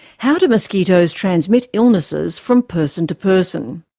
how do mosquitoes transmit illnesses from person to person?